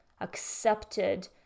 accepted